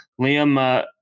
Liam